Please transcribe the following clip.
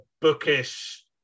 bookish